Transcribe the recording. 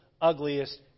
ugliest